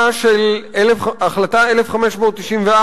החלטה 1595,